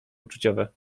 uczuciowe